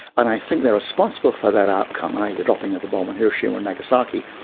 and i think they're responsible for that outcome, i. e. the dropping of the bomb on hiroshima and nagasaki,